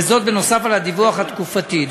וזאת נוסף על הדיווח התקופתי.